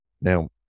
Now